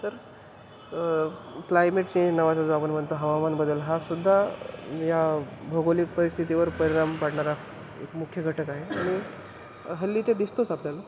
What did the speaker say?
तर climate change नवाचा जो आपण म्हणतो हवामानबदल हा सुद्धा या भौगोलिक परिस्थितीवर परिणाम पाडणारा एक मुख्य घटक आहे आणि हल्ली ते दिसतोच आपल्याला